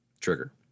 trigger